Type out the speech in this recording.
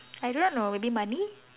I don't know maybe money